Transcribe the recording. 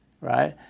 right